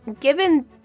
given